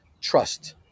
trust